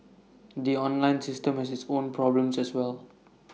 the online system has its own problems as well